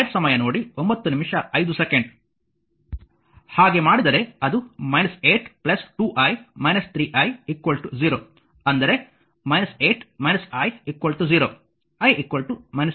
ಹಾಗೆ ಮಾಡಿದರೆ ಅದು 8 2 i 3 i 0 ಅಂದರೆ 8 i 0 i 8 ಆಂಪಿಯರ್